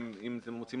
אם אתם רוצים,